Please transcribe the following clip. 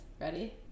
ready